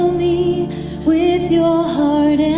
me with your heart